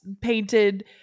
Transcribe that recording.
painted